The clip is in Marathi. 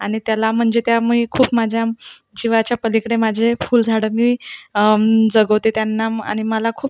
आणि त्याला म्हणजे त्याला खूप माझ्या जिवाच्या पलीकडे माझे फुलझाडे मी जगवते त्यांना आणि मला खूप